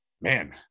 Man